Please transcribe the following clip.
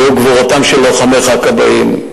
והוא גבורתם של לוחמיך הכבאים.